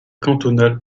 cantonale